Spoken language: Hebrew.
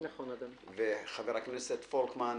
וחבר הכנסת פולקמן,